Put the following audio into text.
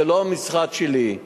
זה לא המשרד שלי.